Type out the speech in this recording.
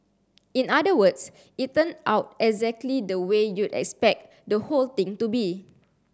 in other words it turned out exactly the way you'd expect the whole thing to be